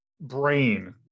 brain